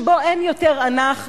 שבו אין יותר אנחנו,